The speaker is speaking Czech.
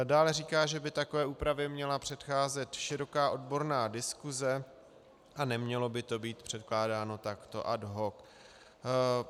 Dále říká, že by takové úpravě měla předcházet široká odborná diskuse a nemělo by to být předkládáno takto ad hoc.